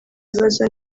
ibibazo